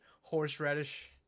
horseradish